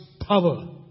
power